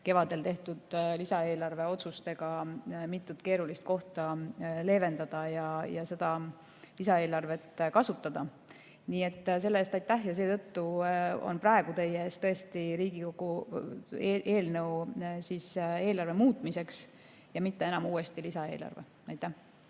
kevadel tehtud lisaeelarve otsustega mitut keerulist kohta leevendada ja seda lisaeelarvet kasutada. Nii et selle eest aitäh ja seetõttu on praegu teie ees tõesti eelnõu eelarve muutmiseks, mitte uuesti lisaeelarve. Aitäh,